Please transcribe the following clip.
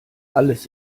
alles